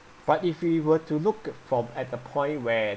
but if we were to look from at the point where